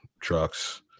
trucks